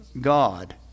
God